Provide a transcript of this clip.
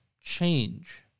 change